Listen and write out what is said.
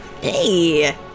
Hey